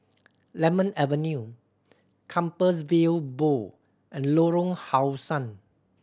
Lemon Avenue Compassvale Bow and Lorong How Sun